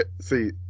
See